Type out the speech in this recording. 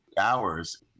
hours